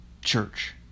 church